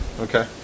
Okay